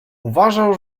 uważał